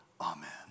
amen